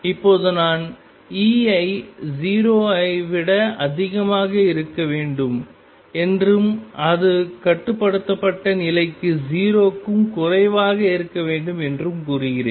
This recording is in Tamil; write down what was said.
இப்போது நான் E ஐ 0 ஐ விட அதிகமாக இருக்க வேண்டும் என்றும் அது கட்டுப்படுத்தப்பட்ட நிலைக்கு 0 க்கும் குறைவாக இருக்க வேண்டும் என்றும் கூறுகிறேன்